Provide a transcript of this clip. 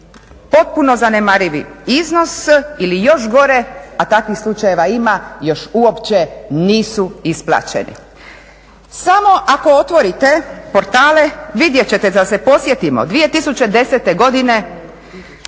potpuno zanemarivi iznos ili još gore, a takvih slučajeva ima, još uopće nisu isplaćeni. Samo ako otvorite portale vidjet ćete, da se podsjetimo 2010. godine